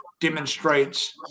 demonstrates